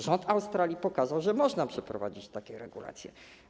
Rząd Australii pokazał, że można przeprowadzić takie regulacje.